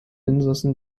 insassen